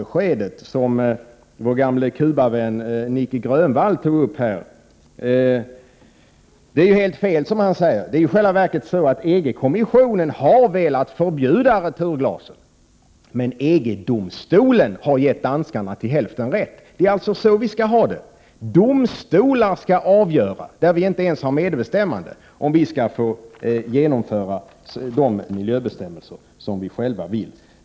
Det som han sade är helt fel. I själva verket har EG-kommissionen velat förbjuda returglas, men EG-domstolen har gett danskarna till hälften rätt. Det är alltså så vi skall ha det! Domstolar, där vi inte ens har medbestämmande, skall avgöra om vi skall få införa de miljöbestämmelser som vi själva vill ha.